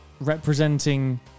representing